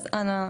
אז אנא,